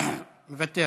מוותר,